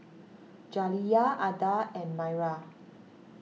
Jaliyah Adda and Maira